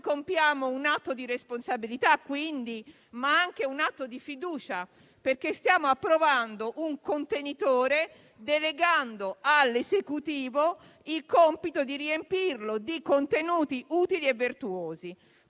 noi compiamo quindi un atto di responsabilità, ma anche un atto di fiducia, perché stiamo approvando un contenitore delegando all'Esecutivo il compito di riempirlo di contenuti utili e virtuosi,